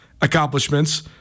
accomplishments